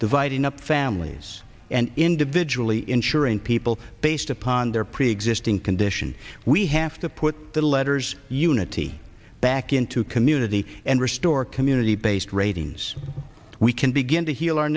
dividing up families and individually insuring people based upon their preexisting condition we have to put the letters unity back into community and restore community based ratings we can begin to heal our